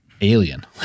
Alien